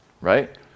right